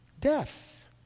Death